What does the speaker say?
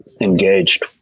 engaged